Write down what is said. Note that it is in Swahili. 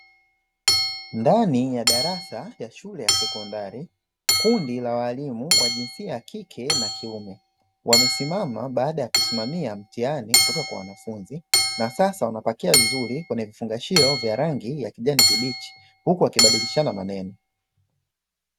Ndani ya darasa ya shule ya sekondari, kundi la walimu wa jinsia ya kike na kiume, wamesimama baada ya kusimamia mtihani kutoka kwa wanafunzi, na sasa wanapakia vizuri, kwenye vifungashio vya rangi ya kijani kibichi, huku wakibadilishana maneno.